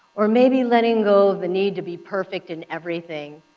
or maybe letting go of the need to be perfect in everything.